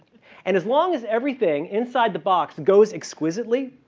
and as long as everything inside the box goes exquisitely,